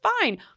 fine